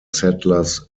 settlers